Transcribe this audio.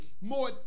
more